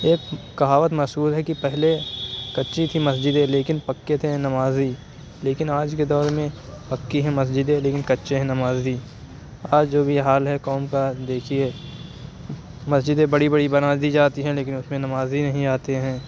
ایک کہاوت مشہور ہے کہ پہلے کچّی تھی مسجدیں لیکن پکّے تھے نمازی لیکن آج کے دور میں پکّی ہیں مسجدیں لیکن کچّے ہیں نمازی آج جو بھی حال ہے قوم کا دیکھیے مسجدیں بڑی بڑی بنوادی جاتی ہیں لیکن اُس میں نمازی نہیں آتے ہیں